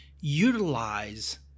utilize